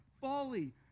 Folly